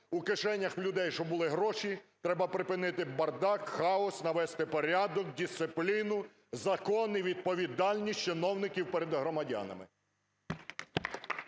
у кишенях людей щоб були гроші, треба припинити бардак, хаос, навести порядок, дисципліну, закони, відповідальність чиновників перед громадянами.